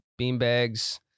beanbags